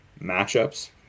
matchups